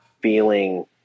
feeling